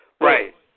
Right